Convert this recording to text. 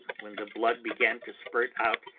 when the blood began to spurt out,